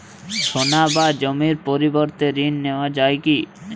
সোনা বা জমির পরিবর্তে ঋণ নেওয়া যায় কী?